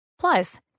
Plus